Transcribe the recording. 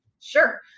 Sure